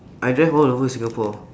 I drive all the whole singapore